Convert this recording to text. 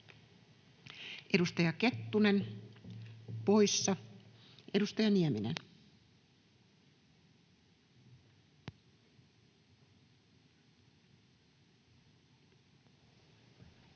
Edustaja Kettunen, poissa. — Edustaja Nieminen.